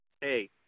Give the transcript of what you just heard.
hey